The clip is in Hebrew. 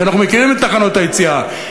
כי אנחנו מכירים את תחנות היציאה,